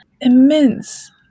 immense